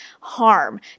harm